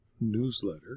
newsletter